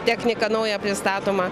technika nauja pristatoma